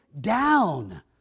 down